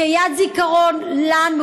כיד זיכרון לנו,